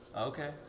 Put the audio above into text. Okay